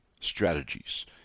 strategies